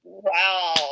Wow